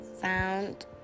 found